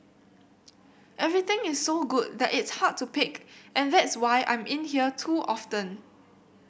everything is so good that it's hard to pick and that's why I'm in here too often